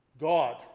God